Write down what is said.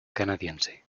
canadiense